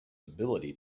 ability